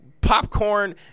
popcorn